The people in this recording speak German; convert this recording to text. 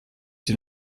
die